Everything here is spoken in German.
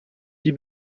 die